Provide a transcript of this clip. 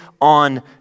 on